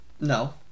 No